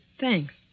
Thanks